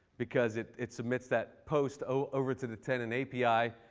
because it it submits that post over to the tenon api,